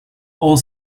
are